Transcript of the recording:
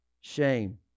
shame